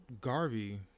Garvey